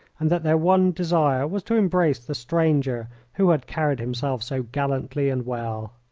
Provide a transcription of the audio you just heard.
and that their one desire was to embrace the stranger who had carried himself so gallantly and well.